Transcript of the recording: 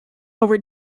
over